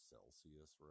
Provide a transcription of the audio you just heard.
Celsius